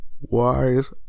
Wise